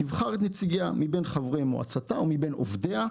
תבחר את נציגיה מבין חברתי מועצתה או מבין עובדיה,